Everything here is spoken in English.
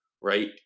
right